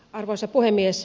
arvoisa puhemies